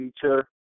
feature